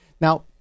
Now